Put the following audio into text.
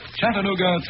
Chattanooga